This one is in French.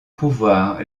pouvoir